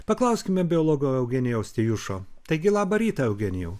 paklauskime biologo eugenijaus tijušo taigi labą rytą eugenijau